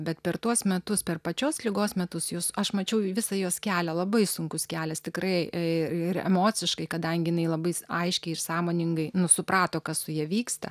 bet per tuos metus per pačios ligos metus jos aš mačiau visą jos kelią labai sunkus kelias tikrai ir emociškai kadangi labai aiškiai ir sąmoningai nu suprato kas su ja vyksta